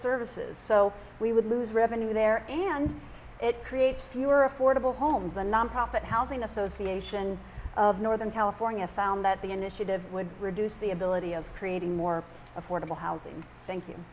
services so we would lose revenue there and it creates fewer affordable homes the nonprofit housing association of northern california found that the initiative would reduce the ability of creating more affordable housing thank